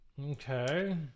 okay